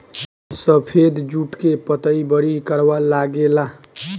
सफेद जुट के पतई बड़ी करवा लागेला